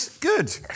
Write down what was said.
Good